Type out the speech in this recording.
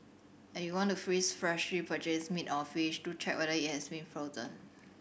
and if you want to freeze freshly purchased meat or fish do check whether it has been frozen